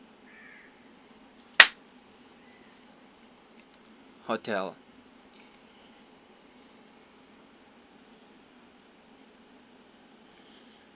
hotel